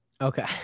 Okay